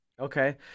okay